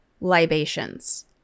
libations